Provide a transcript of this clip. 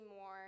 more